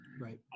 Right